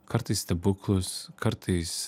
kartais stebuklus kartais